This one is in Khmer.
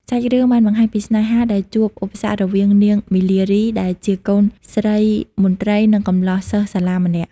សាច់រឿងបានបង្ហាញពីស្នេហាដែលជួបឧបសគ្គរវាងនាង មាលារី ដែលជាកូនស្រីមន្ត្រី និងកំលោះសិស្សសាលាម្នាក់។